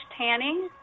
Tanning